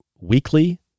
weekly